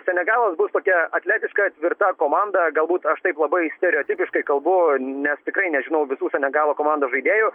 senegalas tokia atletiška tvirta komanda galbūt aš taip labai stereotipiškai kalbu nes tikrai nežinau visų senegalo komandos žaidėjų